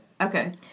Okay